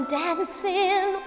dancing